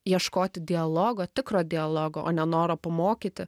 ieškoti dialogo tikro dialogo o nenoro pamokyti